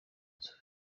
nzu